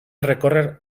recórrer